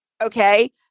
okay